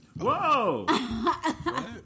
Whoa